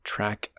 Track